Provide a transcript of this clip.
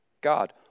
God